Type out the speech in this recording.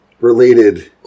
related